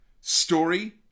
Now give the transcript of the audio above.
Story